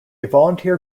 volunteer